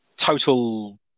Total